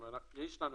כבר יש לנו